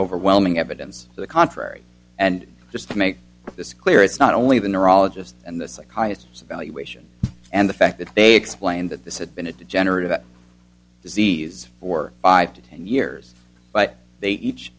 overwhelming evidence to the contrary and just to make this clear it's not only the neurologist and the psychiatrists evaluation and the fact that they explained that this had been a degenerative disease for five to ten years but they each